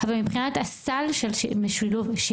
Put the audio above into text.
אבל מבחינת הסל של שילוב,